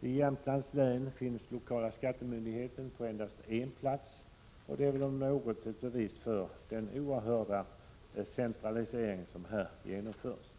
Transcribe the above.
I Jämtlands län finns lokala skattemyndigheten på endast en plats, och detta är väl om något bevis för den oerhörda centralisering som här genomförs.